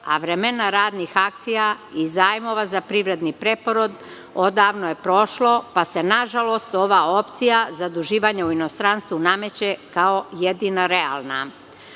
a vremena radnih akcija i zajmova za privredni preporod odavno je prošlo, pa se, nažalost, ova opcija zaduživanja u inostranstvu nameće kao jedina realna. Uslovi